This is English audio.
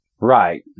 Right